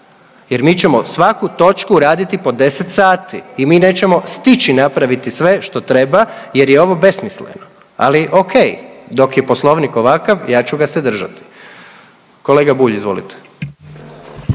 jer mi ćemo svaku točku raditi po 10 sati i mi nećemo stići napraviti sve što treba jer je ovo besmisleno. Ali okej, dok je Poslovnik ovakav, ja ću ga se držati. Kolega Bulj, izvolite.